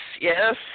yes